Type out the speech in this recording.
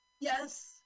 Yes